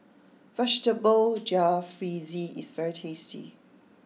Vegetable Jalfrezi is very tasty